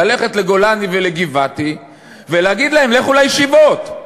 ללכת לגולני ולגבעתי ולהגיד להם: לכו לישיבות.